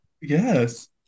Yes